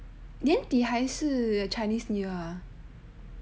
年底还是 chinese new year